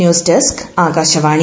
news desk Akashvani